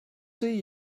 see